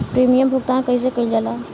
Premium भुगतान कइसे कइल जाला?